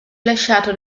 lasciato